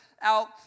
out